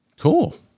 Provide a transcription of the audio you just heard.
cool